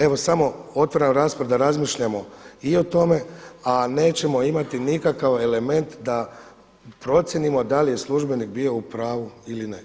Evo samo otvaram raspravu da razmišljamo i o tome a nećemo imati nikakav element da procijenimo da li je službenik bio u pravu ili ne.